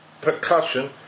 percussion